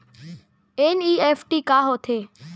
NEFT का होथे?